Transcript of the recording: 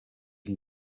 and